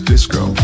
Disco